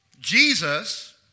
Jesus